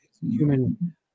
human